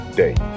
day